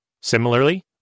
Similarly